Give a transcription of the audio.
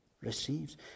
receives